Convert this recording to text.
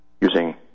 using